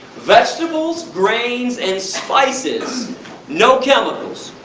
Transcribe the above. vegetables, grains and spices no chemicals,